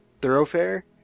thoroughfare